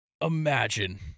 imagine